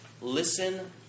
listen